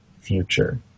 future